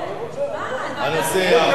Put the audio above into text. לא, אני רוצה.